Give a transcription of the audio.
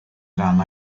ran